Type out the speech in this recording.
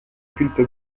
pulpe